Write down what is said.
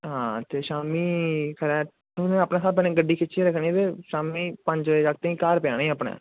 आं ते शामी तुसें अपने स्हाबै नै गड्डी खिच्चियै रक्खनी ते शामी पंज बजे जागतें गी घर पजाना ई अपने